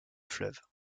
fleuve